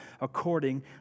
according